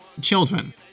children